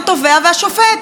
וגם ישפוט את עצמו.